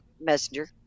Messenger